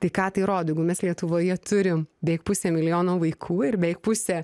tai ką tai rodo jeigu mes lietuvoje turim beveik pusė milijono vaikų ir beveik pusė